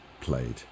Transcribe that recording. played